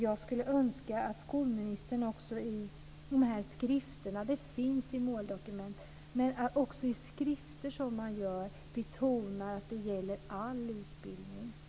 Jag skulle önska att skolministern också i de skrifter som tas fram - det finns i måldokument - betonar att det gäller all utbildning.